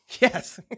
Yes